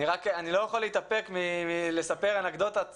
אני לא יכול להתאפק מלספר אנקדוטה משעשעת,